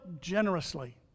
generously